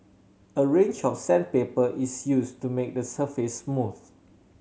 a range of sandpaper is used to make the surface smooth